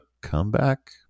comeback